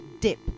Dip